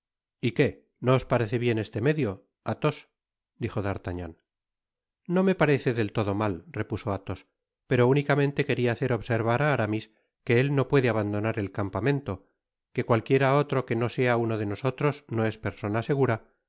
y qué no os parece bien este medio athos dijo d'artagnan no me parece del todo mal repuso athos pero únicamente quería hacer observar á aramis que él no puede abandonar el campamento que cualquiera otro que no sea uno de nosotros no es persona segura